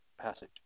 passage